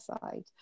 side